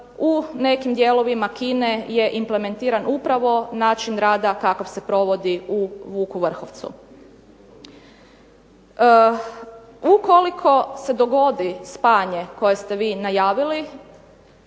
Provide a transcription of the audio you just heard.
U nekim dijelovima Kine je implementiran upravo način rada kakav se provodi u "Vuku Vrhovcu". Ukoliko se dogodi spajanje koje ste vi najavili